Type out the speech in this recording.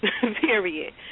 period